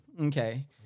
Okay